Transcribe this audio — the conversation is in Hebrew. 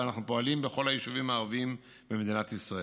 ואנחנו פועלים בכל היישובים הערביים במדינת ישראל.